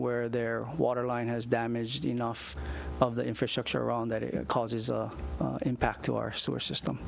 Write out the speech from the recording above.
where their water line has damaged enough of the infrastructure on that it causes an impact to our sewer system